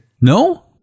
No